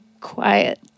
quiet